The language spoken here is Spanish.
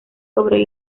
sobre